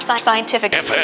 scientific